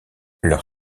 leur